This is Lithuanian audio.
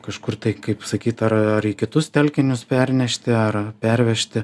kažkur tai kaip sakyt ar ar į kitus telkinius pernešti ar pervežti